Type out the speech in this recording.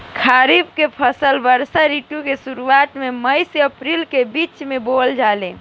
खरीफ के फसल वर्षा ऋतु के शुरुआत में अप्रैल से मई के बीच बोअल जाला